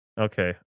Okay